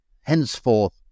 henceforth